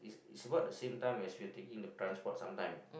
is about the same time as you taking the transport sometime